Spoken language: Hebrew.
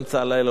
אמצע הלילה,